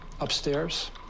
Upstairs